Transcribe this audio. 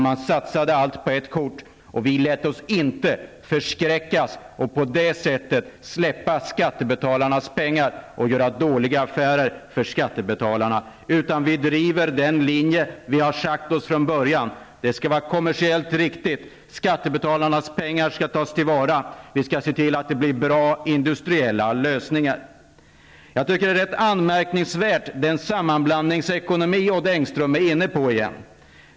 Man satsade allt på ett kort, men vi lät oss inte förskräckas och på det sättet slarva med skattebetalarnas pengar och göra dåliga affärer för skattebetalarna. Vi driver den linjen som vi har sagt från början: Det skall vara kommersiellt riktigt. Skattebetalarnas pengar skall tas till vara. Vi skall se till att det blir bra industriella lösningar. Jag tycker att den sammanblandningsekonomi som Odd Engström är inne på är anmärkningsvärd.